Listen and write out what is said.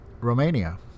Romania